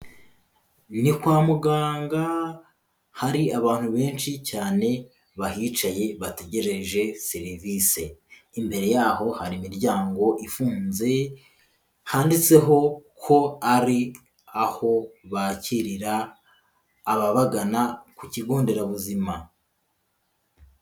Ni kwa muganga hari abantu benshi cyane bahicaye bategereje serivise, imbere yaho hari imiryango ifunze handitseho ko ari aho bakirira ababagana ku kigo nderabuzima.